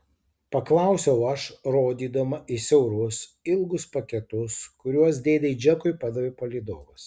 paklausiau aš rodydama į siaurus ilgus paketus kuriuos dėdei džekui padavė palydovas